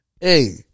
Hey